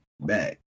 back